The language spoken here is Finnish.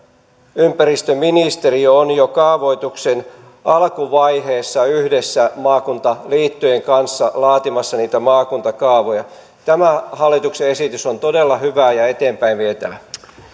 ympäristöministeriö on jo kaavoituksen alkuvaiheessa yhdessä maakuntaliittojen kanssa laatimassa niitä maakuntakaavoja tämä hallituksen esitys on todella hyvä ja eteenpäin vietävä